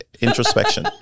Introspection